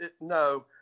no